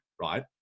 right